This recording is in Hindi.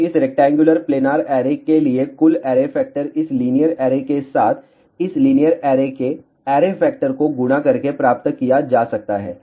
तो इस रेक्टेंगुलर प्लेनार ऐरे के लिए कुल ऐरे फैक्टर इस लीनियर ऐरे के साथ इस लीनियर ऐरे के ऐरे फैक्टर को गुणा करके प्राप्त किया जा सकता है